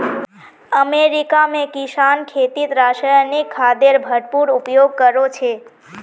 America में किसान खेतीत रासायनिक खादेर भरपूर उपयोग करो छे